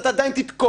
אני חושב שאני נתתי